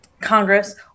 Congress